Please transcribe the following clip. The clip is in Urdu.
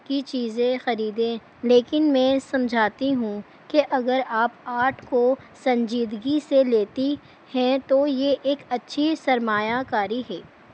کی چیزیں خریدیں لیکن میں سمجھاتی ہوں کہ اگر آپ آرٹ کو سنجیدگی سے لیتی ہیں تو یہ ایک اچھی سرمایہ کاری ہے